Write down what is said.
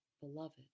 Beloved